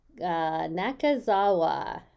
Nakazawa